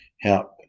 help